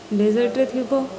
ଡେଜର୍ଟ୍ରେ ଥିବ